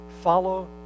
Follow